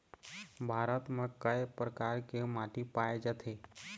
भारत म कय प्रकार के माटी पाए जाथे?